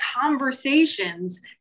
conversations